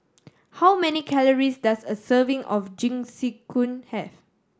how many calories does a serving of Jingisukan have